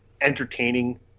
entertaining